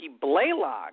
Blaylock